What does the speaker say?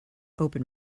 open